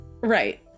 Right